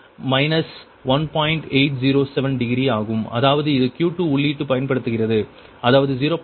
807 degree ஆகும் அதாவது இது Q2 உள்ளீடுப் பயன்படுத்துகிறது அதாவது 0